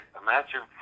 imagine